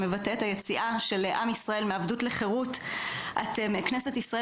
שמבטא את היציאה של עם ישראל מעבדות לחרות כנסת ישראל